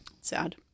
Sad